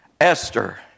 Esther